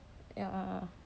ya